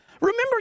Remember